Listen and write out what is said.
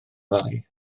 ddau